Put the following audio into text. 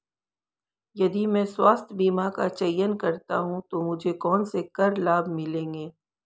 यदि मैं स्वास्थ्य बीमा का चयन करता हूँ तो मुझे कौन से कर लाभ मिलेंगे?